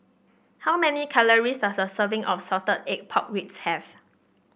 how many calories does a serving of Salted Egg Pork Ribs have